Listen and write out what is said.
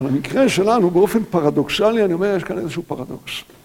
במקרה שלנו, באופן פרדוקסלי, אני אומר, יש כאן איזשהו פרדוקס.